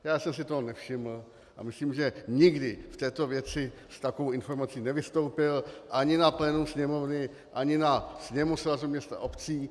Já jsem si toho nevšiml a myslím, že nikdy v této věci s takovou informací nevystoupil ani na plénu Sněmovny ani na sněmu Svazu měst a obcí.